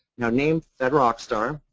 you know name, fed rock star,